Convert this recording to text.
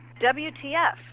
WTF